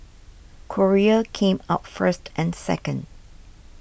Korea came out first and second